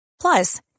Plus